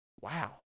wow